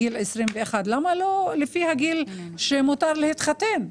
גיל 21. למה לא על פי הגיל שבו מותר להתחתן?